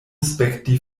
spekti